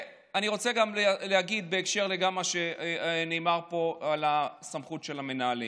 אני רוצה גם להגיד בהקשר של מה שנאמר פה על הסמכות של המנהלים.